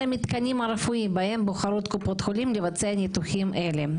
המתקנים הרפואיים בהם בוחרות קופות החולים לבצע ניתוחים אלה.